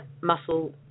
muscle